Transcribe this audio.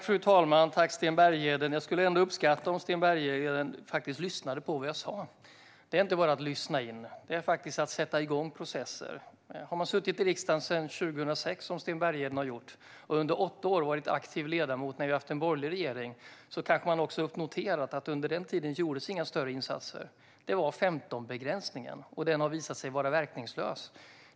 Fru talman! Jag tackar Sten Bergheden, men jag skulle ändå uppskatta om han lyssnade på vad jag sa. Det är inte bara att lyssna in, utan det handlar om att sätta igång processer. Om man har suttit i riksdagen sedan 2006, som Sten Bergheden har gjort, och under åtta år varit aktiv ledamot när vi har haft en borgerlig regering, kanske man också har noterat att det under den tiden inte gjordes några större insatser. Det var 15-begränsningen, och den har visat sig vara verkningslös.